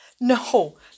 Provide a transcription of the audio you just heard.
No